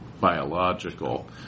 biological